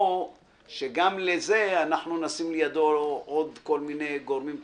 שגם לזה אנחנו נשים לידו עוד כל מיני גורמים?